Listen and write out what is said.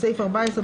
בסעיף 14,